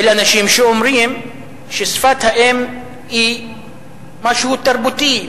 של אנשים שאומרים ששפת האם היא משהו תרבותי,